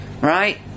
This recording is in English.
Right